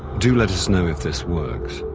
do let us know if this works.